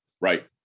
Right